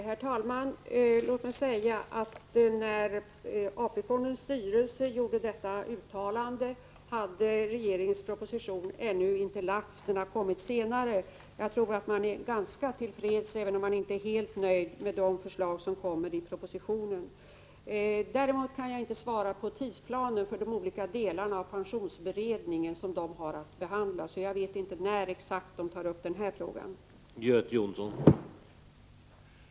Herr talman! Låt mig säga att när AP-fondens styrelse gjorde detta uttalande hade regeringens proposition ännu inte lagts fram — den har kommit senare. Jag tror att man är ganska till freds, även om man inte är helt nöjd med förslagen i propositionen. Däremot kan jag inte svara när det gäller tidsplanen för de olika delarna av de frågor som pensionsberedningen har att behandla. Jag vet alltså inte exakt — Prot. 1985/86:27